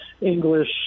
English